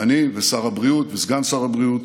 אני ושר הבריאות וסגן שר הבריאות